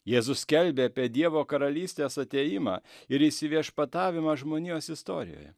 jėzus skelbė apie dievo karalystės atėjimą ir įsiviešpatavimą žmonijos istorijoje